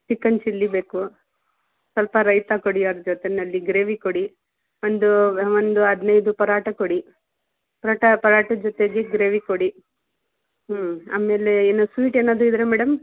chicken chilli ಬೇಕು ಸ್ವಲ್ಪ ರೈತ ಕೊಡಿ ಅದ್ರ ಜೊತೆನಲ್ಲಿ ಗ್ರೇವಿ ಕೊಡಿ ಒಂದು ಒಂದು ಹದ್ನೈದು ಪರಾಟ ಕೊಡಿ ಪರಾಟ ಪರಾಟದ ಜೊತೆಗೆ ಗ್ರೇವಿ ಕೊಡಿ ಹ್ಞೂ ಆಮೇಲೆ ಏನಾದರು ಸ್ವೀಟ್ ಏನಾದರು ಇದ್ರೆ ಮೇಡಮ್